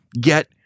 Get